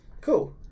cool